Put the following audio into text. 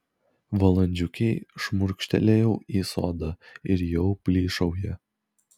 valandžiukei šmurkštelėjau į sodą ir jau plyšauja